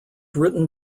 written